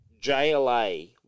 JLA